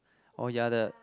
oh ya the